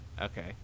Okay